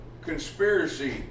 conspiracy